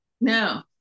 No